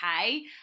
okay